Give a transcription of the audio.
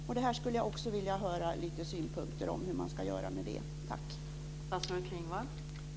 Jag skulle också vilja höra lite synpunkter på hur man ska göra med det.